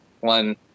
one